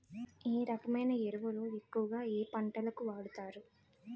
ఏ రకమైన ఎరువులు ఎక్కువుగా ఏ పంటలకు వాడతారు?